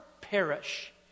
perish